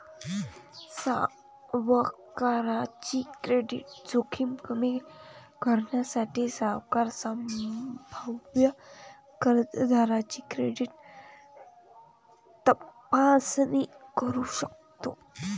सावकाराची क्रेडिट जोखीम कमी करण्यासाठी, सावकार संभाव्य कर्जदाराची क्रेडिट तपासणी करू शकतो